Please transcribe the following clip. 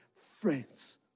friends